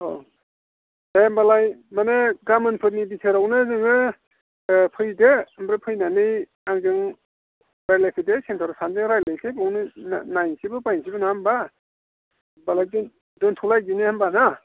अ दे होमब्लालाय माने गाबोनफोरनि भिथोरावनो नोङो फैदो ओमफ्राय फैनानै आंजों रायज्लायफैदो सेन्टाराव सानैजों रायज्लायनोसै बेयावनो नायनोसैबो बायनोसैबो नङा होमब्ला होमब्लालाय दोन्थ' दोन्थ'लायदिनि होमब्ला ना